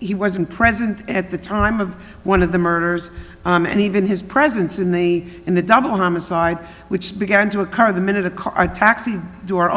he wasn't present at the time of one of the murders and even his presence in the in the double homicide which began to occur the minute a car taxi door